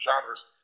genres